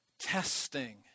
Testing